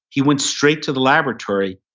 he went straight to the laboratory.